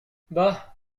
bah